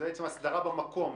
זו בעצם הסדרה במקום,